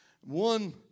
One